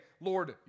Lord